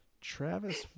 Travis